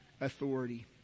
authority